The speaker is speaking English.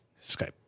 Skype